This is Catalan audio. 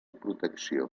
protecció